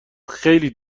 خیلی